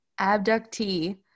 abductee